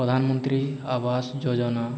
ପ୍ରଧାନମନ୍ତ୍ରୀ ଆବାସ ଯୋଜନା